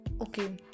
okay